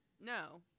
No